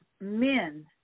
men